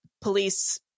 police